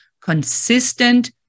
consistent